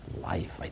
life